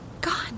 gone